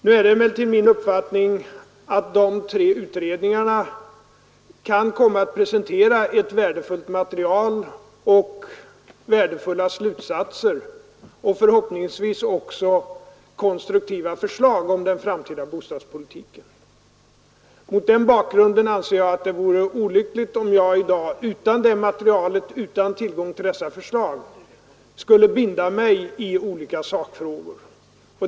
Nu är det emellertid min uppfattning att de tre utredningarna kan komma att presentera ett värdefullt material och värdefulla slutsatser och förhoppningsvis också konstruktiva förslag om den framtida bostadspolitiken. Mot den bakgrunden anser jag att det vore olyckligt om jag i dag utan detta material och utan tillgång till dessa förslag skulle binda mig i olika sakfrågor.